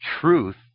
truth